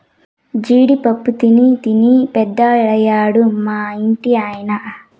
జీడి పప్పు తినీ తినీ పెద్దవాడయ్యాడు మా ఇంటి ఆయన